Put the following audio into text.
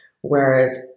Whereas